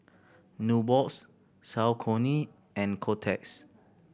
Nubox Saucony and Kotex